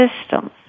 systems